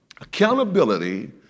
accountability